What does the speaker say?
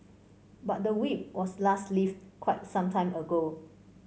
but the Whip was last lifted quite some time ago